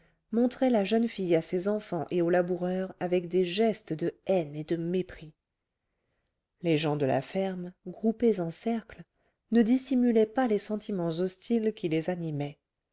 montrait la jeune fille à ses enfants et aux laboureurs avec des gestes de haine et de mépris les gens de la ferme groupés en cercle ne dissimulaient pas les sentiments hostiles qui les animaient